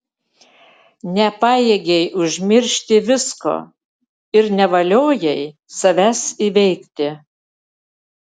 nepajėgei užmiršti visko ir nevaliojai savęs įveikti